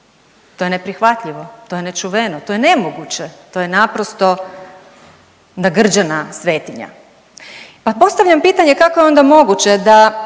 To je neprihvatljivo, to je nečuveno, to je nemoguće, to je naprosto nagrđena svetinja. Pa postavljam pitanje, kako je onda moguće da